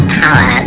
power